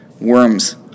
worms